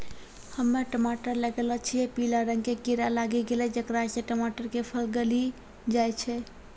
हम्मे टमाटर लगैलो छियै पीला रंग के कीड़ा लागी गैलै जेकरा से टमाटर के फल गली जाय छै?